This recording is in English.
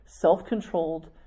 self-controlled